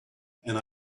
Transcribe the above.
and